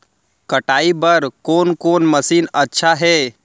कटाई बर कोन कोन मशीन अच्छा हे?